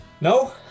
No